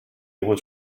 was